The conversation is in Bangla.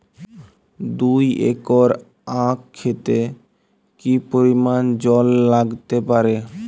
দুই একর আক ক্ষেতে কি পরিমান জল লাগতে পারে?